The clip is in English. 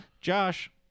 Josh